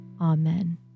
Amen